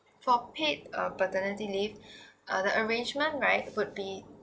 for paid (uh_ paternity leave uh the arrangement right would be